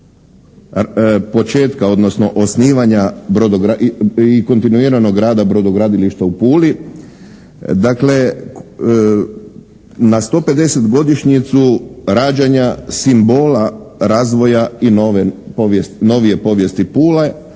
početka odnosno osnivanja i kontinuiranog rada brodogradilišta u Puli. Dakle na 150 godišnjicu rađanja simbola razvoja i nove, novije povijesti Pule